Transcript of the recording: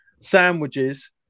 sandwiches